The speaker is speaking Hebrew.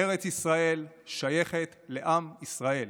ארץ ישראל שייכת לעם ישראל.